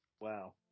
Wow